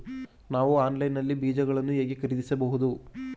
ನಾವು ಆನ್ಲೈನ್ ನಲ್ಲಿ ಬೀಜಗಳನ್ನು ಹೇಗೆ ಖರೀದಿಸಬಹುದು?